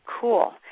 Cool